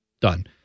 Done